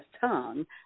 tongue